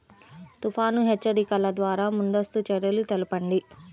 తుఫాను హెచ్చరికల ద్వార ముందస్తు చర్యలు తెలపండి?